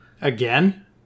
Again